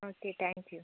okay thank you